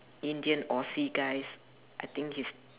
indian aussie guys I think he's